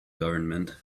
government